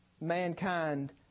mankind